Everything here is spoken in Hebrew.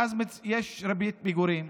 ואז יש ריבית פיגורים,